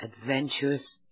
adventurous